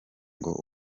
ngo